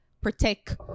protect